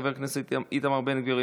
חבר הכנסת איתמר בן גביר,